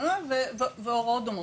זה הוראות דומות.